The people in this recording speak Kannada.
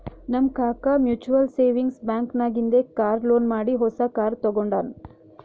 ನಮ್ ಕಾಕಾ ಮ್ಯುಚುವಲ್ ಸೇವಿಂಗ್ಸ್ ಬ್ಯಾಂಕ್ ನಾಗಿಂದೆ ಕಾರ್ ಲೋನ್ ಮಾಡಿ ಹೊಸಾ ಕಾರ್ ತಗೊಂಡಾನ್